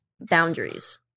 Boundaries